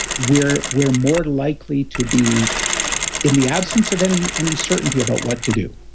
we're we're more likely to be in the absence of any any certainty about what to do.